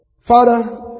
Father